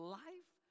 life